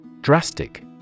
Drastic